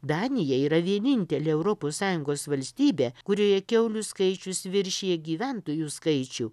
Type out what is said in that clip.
danija yra vienintelė europos sąjungos valstybė kurioje kiaulių skaičius viršija gyventojų skaičių